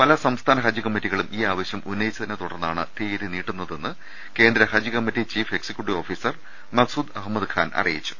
പല സംസ്ഥാന ഹജ്ജ് കമ്മിറ്റികളും ഈ ആവശ്യം ഉന്നയിച്ചതിനെ തുടർന്നാണ് തിയ്യതി നീട്ടു ന്നതെന്ന് കേന്ദ്ര ഹജ്ജ് committee chief executive officer Maqsood Ahmed Khan അറിയിച്ചു